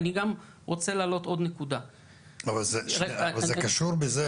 אני רוצה להזכיר לאנשים שבינינו,